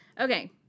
okay